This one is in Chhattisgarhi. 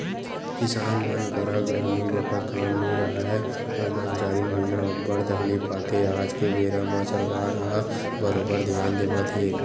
किसान मन करा गरमी बखत काम नइ राहय ओमन चारिन महिना अब्बड़ तकलीफ पाथे आज के बेरा म सरकार ह बरोबर धियान देवत हे